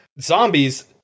zombies